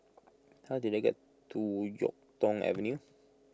how do I get to Yuk Tong Avenue